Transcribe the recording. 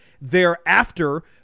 thereafter